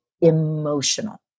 emotional